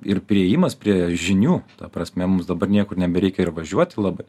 ir priėjimas prie žinių ta prasme mums dabar niekur nebereikia ir važiuoti labai